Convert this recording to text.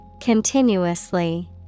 Continuously